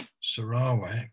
Sarawak